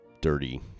dirty